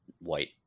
white